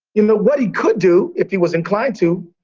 you know, what he could do, if he was inclined to,